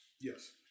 Yes